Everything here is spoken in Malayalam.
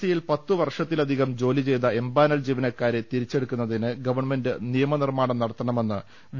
സിയിൽ പത്തുവർഷത്തിലധികം ജോലി ചെയ്ത എംപാനൽ ജീവനക്കാരെ തിരിച്ചെടുക്കുന്നതിന് ഗവൺമെന്റ് നിയമനിർമ്മാണം നടത്തണമെന്ന് വി